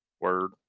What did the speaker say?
Word